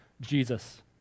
Jesus